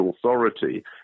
authority